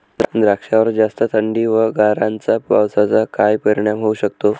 द्राक्षावर जास्त थंडी व गारांच्या पावसाचा काय परिणाम होऊ शकतो?